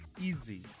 easy